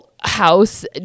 house